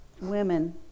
women